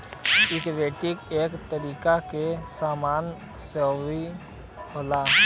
equity एक तरीके के सामान शेअर होला